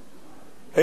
אין דחוף,